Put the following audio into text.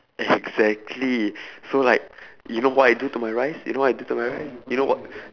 exactly so like you know what I do to my rice you know what I do to my rice you know wh~